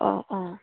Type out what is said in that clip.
অঁ অঁ